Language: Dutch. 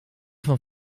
van